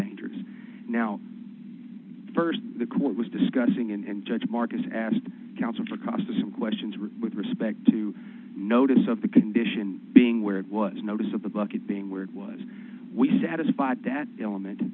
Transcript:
dangerous now first the court was discussing and judge marcus asked counsel for a cost of some questions with respect to notice of the condition being where was notice of the bucket being where it was we satisfied that element